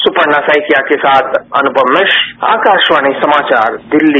सुपर्ण सैकिया के साथ अनुपम मिश्र आकाशवाणी समाचार दिल्ली